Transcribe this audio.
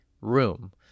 room